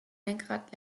lenkrad